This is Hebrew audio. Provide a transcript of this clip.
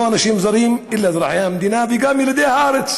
לא אנשים זרים, אלא אזרחי המדינה, וגם ילידי הארץ